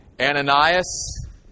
Ananias